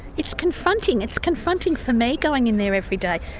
it's confronting. it's confronting for me going in there every day.